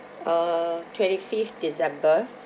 uh twenty fifth december